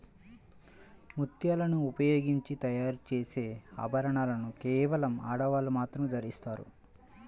ముత్యాలను ఉపయోగించి తయారు చేసే ఆభరణాలను కేవలం ఆడవాళ్ళు మాత్రమే ధరిస్తారు